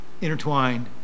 intertwined